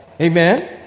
Amen